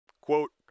quote